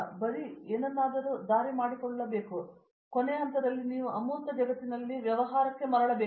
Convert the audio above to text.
ಮತ್ತೆ ಏನನ್ನಾದರೂ ದಾರಿ ಮಾಡಿಕೊಳ್ಳಬೇಕಾದ ಕೊನೆಯ ಹಂತದಲ್ಲಿ ನೀವು ಅಮೂರ್ತ ಜಗತ್ತಿನಲ್ಲಿ ವ್ಯವಹಾರಕ್ಕೆ ಮರಳಬೇಕಾಗುತ್ತದೆ